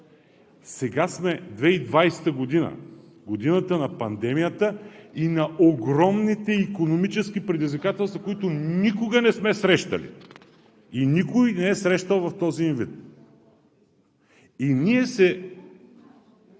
Сега сме 2020 г. – годината на пандемията и на огромните икономически предизвикателства, които никога не сме срещали и никой не е срещал в този им вид. И ние се